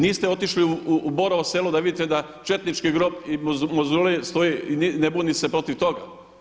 Niste otišli u Borovo selo da vidite da četnički grob i Mauzolej stoji i ne buni se protiv toga.